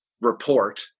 report